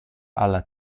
alla